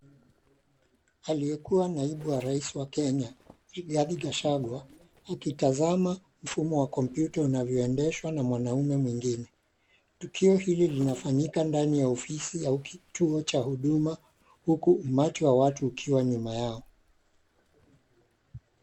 Aliyekuwa naibu wa rais wa Kenya Rigadhi Gachagua akitazama mfumo wa kompyuta ukiendeshwa na mwanaume mwingine. Tukio hili linafanyika ndani ya ofisi au kituo cha huduma huku umati wa watu ukiwa nyuma yao.